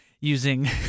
using